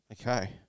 Okay